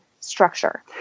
structure